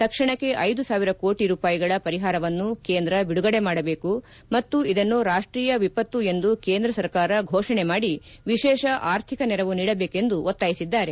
ತಕ್ಷಣಕ್ಷೆ ಐದು ಸಾವಿರ ಕೋಟ ರೂಪಾಯಿ ಪರಿಹಾರವನ್ನು ಕೇಂದ್ರ ಬಿಡುಗಡೆ ಮಾಡಬೇಕು ಮತ್ತು ಇದನ್ನು ರಾಷ್ಷೀಯ ವಿಪತ್ತು ಎಂದು ಕೇಂದ್ರ ಸರ್ಕಾರ ಫೋಷಣೆ ಮಾಡಿ ವಿಶೇಷ ಆರ್ಥಿಕ ನೆರವು ನೀಡಬೇಕೆಂದು ಒತ್ತಾಯಿಸಿದ್ದಾರೆ